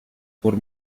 por